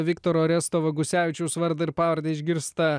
viktoro oresto vagusevičiaus vardą ir pavardę išgirsta